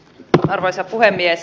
arvoisa puhemies